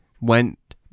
went